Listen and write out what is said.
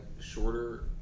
shorter